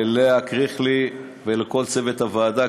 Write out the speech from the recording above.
ללאה קריכלי ולכל צוות הוועדה,